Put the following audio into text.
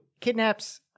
kidnaps